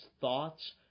thoughts